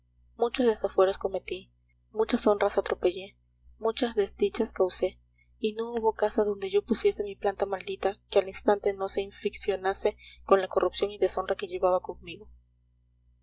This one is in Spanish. muchos desafueros cometí muchas honras atropellé muchas desdichas causé y no hubo casa donde yo pusiese mi planta maldita que al instante no se inficionase con la corrupción y deshonra que llevaba conmigo